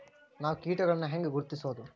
ನಾವ್ ಕೇಟಗೊಳ್ನ ಹ್ಯಾಂಗ್ ಗುರುತಿಸೋದು?